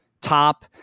top